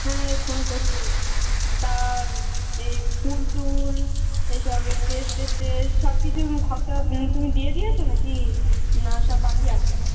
হ্যাঁ এই ফোন করছি তা এই ফুল টুল এসব স্টেজ টেজ স্টেজ সব কিছুর খরচা তুমি দিয়ে দিয়েছ না কি না সব বাকি আছে